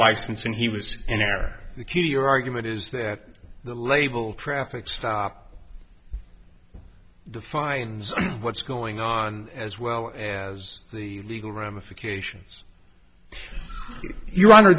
license and he was in error the key to your argument is that the label traffic stop defines what's going on as well as the legal ramifications your honor